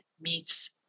meets